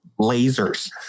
Lasers